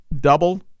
double